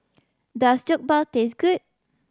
does Jokbal taste good